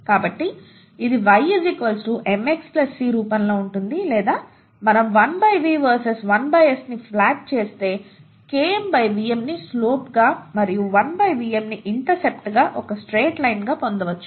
కాబట్టి ఇది y mx c రూపంలో ఉంటుంది లేదా మనం 1 V వర్సెస్ 1 S ని ప్లాట్ చేస్తే Km Vm ని స్లోప్ గా మరియు 1 Vm ని ఇంటర్సెప్ట్గా ఒక స్ట్రేట్ లైన్ పొందవచ్చు